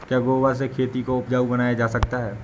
क्या गोबर से खेती को उपजाउ बनाया जा सकता है?